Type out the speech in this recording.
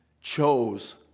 chose